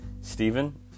Stephen